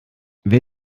wer